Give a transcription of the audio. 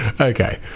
Okay